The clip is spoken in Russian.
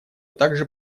также